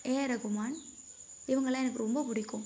AR Rahman இவங்களெலாம் எனக்கு ரொம்ப பிடிக்கும்